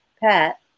Pat